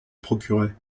procurait